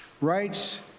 rights